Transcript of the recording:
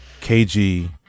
KG